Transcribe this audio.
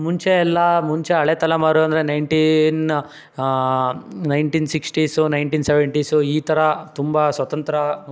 ಮುಂಚೆ ಎಲ್ಲ ಮುಂಚೆ ಹಳೆ ತಲೆಮಾರು ಅಂದರೆ nineteen nineteen sixties nineteen seventies ಈ ಥರ ತುಂಬ ಸ್ವಾತಂತ್ರ್ಯಕ್ಕಿಂತ